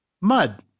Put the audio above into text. mud